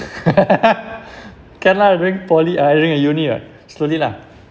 can lah during poly ah ya during your uni right slowly lah